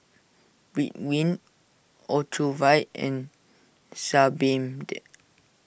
Ridwind Ocuvite and Sebamed